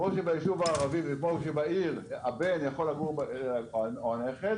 כמו שבישוב הערבי וכמו שבעיר הבן יכול לגור או הנכד